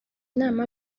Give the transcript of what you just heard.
nama